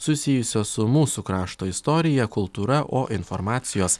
susijusios su mūsų krašto istorija kultūra o informacijos